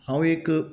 हांव एक